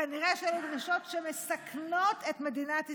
כנראה שאלה דרישות שמסכנות את מדינת ישראל.